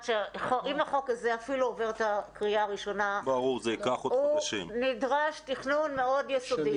אם החוק הזה אפילו עובר את הקריאה הראשונה הוא נדרש תכנון מאוד יסודי.